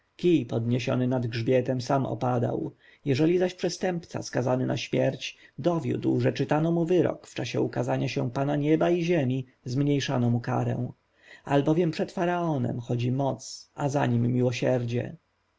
podniesiony nad grzbietem sam opadał jeżeli zaś przestępca skazany na śmierć dowiódł że czytano mu wyrok w czasie ukazania się pana nieba i ziemi zmniejszano mu karę albowiem przed faraonem chodzi moc a za nim miłosierdzie